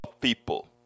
people